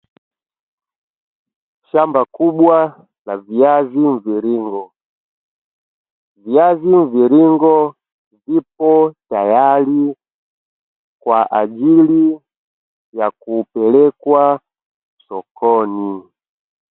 Shamba kubwa la viazi mviringo, viazi mviringo vipo tayari kwa ajili ya kupelekwa sokoni.